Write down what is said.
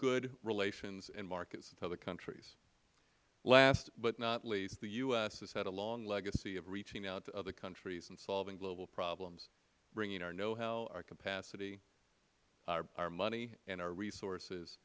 good relations in markets of other countries last but not least the u s has had a long legacy of reaching out to other countries and solving global problems bringing our know how our capacity our money and our resources